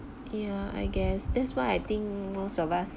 yeah I guess that's why I think most of us